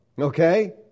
Okay